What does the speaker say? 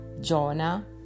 Jonah